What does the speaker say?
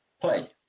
play